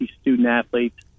student-athletes